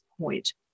point